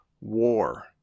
war